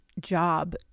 job